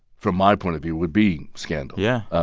from my point of view, would be scandal. yeah